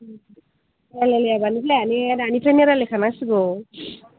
रायलायलायाबा मिथिलाया ने दानिफ्रायनो रायलायखानांसिगौ